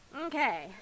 Okay